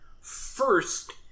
first